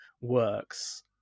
works